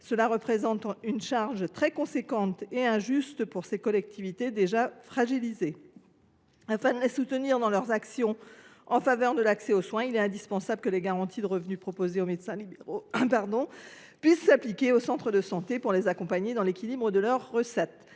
Il s’agit d’une charge très importante et injuste pour ces collectivités déjà fragilisées. Afin de les soutenir dans leurs actions en faveur de l’accès aux soins, il est indispensable que les garanties de revenu proposées aux médecins libéraux puissent s’appliquer aux centres de santé pour mieux les accompagner. À l’heure où nous souhaitons